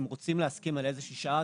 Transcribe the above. אם רוצים להסכים על איזה שהיא שעה,